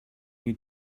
you